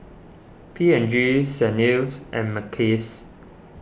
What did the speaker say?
P and G Saint Ives and Mackays